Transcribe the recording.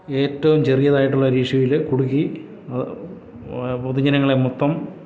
ഏറ്റവും ചെറിയതായിട്ടുള്ളൊരു ഇഷ്യൂവിൽ കുടുക്കി അത് പൊതുജനങ്ങളെ മൊത്തം